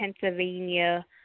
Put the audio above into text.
Pennsylvania